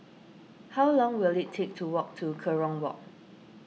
how long will it take to walk to Kerong Walk